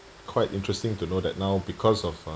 quite interesting to know that now because of uh